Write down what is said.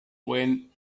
when